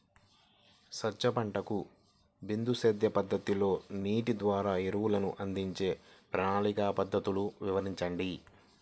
సజ్జ పంటకు బిందు సేద్య పద్ధతిలో నీటి ద్వారా ఎరువులను అందించే ప్రణాళిక పద్ధతులు వివరించండి?